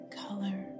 color